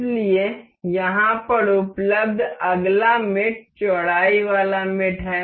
इसलिए यहां पर उपलब्ध अगला मेट चौड़ाई वाला मेट है